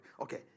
Okay